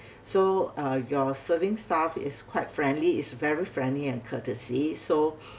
so uh your serving staff is quite friendly is very friendly and courtesy so